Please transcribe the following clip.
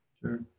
Sure